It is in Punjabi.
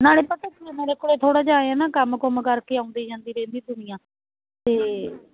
ਨਾਲੇ ਪਤਾ ਕੀ ਮੇਰੇ ਕੋਲੇ ਥੋੜ੍ਹਾ ਜਿਹਾ ਇਹ ਆ ਨਾ ਕੰਮ ਕੁੰਮ ਕਰਕੇ ਆਉਂਦੀ ਜਾਂਦੀ ਰਹਿੰਦੀ ਦੁਨੀਆਂ 'ਤੇ